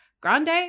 Grande